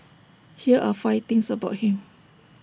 here are five things about him